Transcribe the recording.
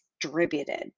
distributed